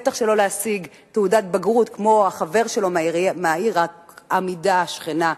בטח שלא להשיג תעודת בגרות כמו החבר שלו מהעיר האמידה השכנה,